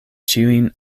ĉiujn